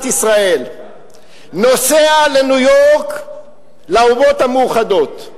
ישראל נוסע לניו-יורק לאומות המאוחדות,